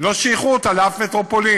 לא שייכו אותה לאף מטרופולין,